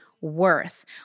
Worth